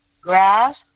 grass